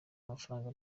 amafaranga